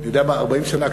40 שנה,